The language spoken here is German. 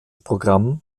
programm